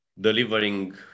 delivering